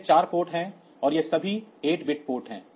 तो ये 4 पोर्ट हैं और ये सभी 8 बिट पोर्ट हैं